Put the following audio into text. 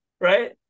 right